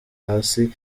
hasi